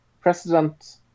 President